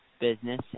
business